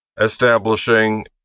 establishing